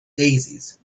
daisies